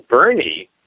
Bernie